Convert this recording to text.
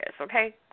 okay